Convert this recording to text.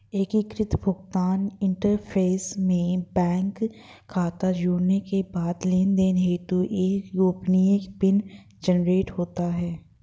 एकीकृत भुगतान इंटरफ़ेस में बैंक खाता जोड़ने के बाद लेनदेन हेतु एक गोपनीय पिन जनरेट होता है